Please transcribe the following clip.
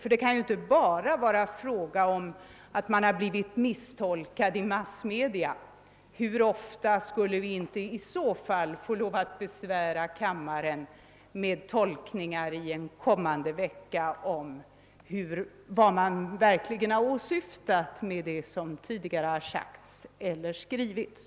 Det kan ju inte bara vara fråga om att man har blivit misstolkad i massmedia — hur ofta skulle vi inte i så fall i kommande vecka få besvära kammaren med tolkningar av vad man verkligen har åsyftat med det som tidigare har sagts eller skrivits?